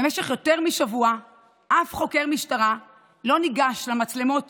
במשך יותר משבוע אף חוקר משטרה לא ניגש למצלמות